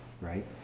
right